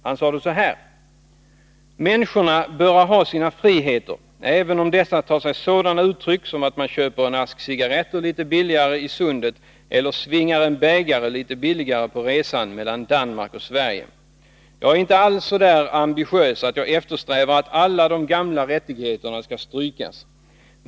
Han sade då att ”människorna böra ha sina friheter, även om dessa tar sig sådana uttryck som att man köper en ask cigarretter litet billigt i Sundet eller svingar en bägare litet billigare på resan mellan Danmark och Sverige. Jag är inte alls så där ambitiös att jag eftersträvar att alla de gamla rättigheterna skall strykas.